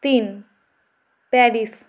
তিন প্যারিস